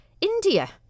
India